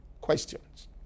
questions